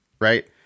right